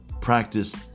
practice